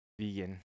vegan